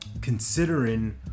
considering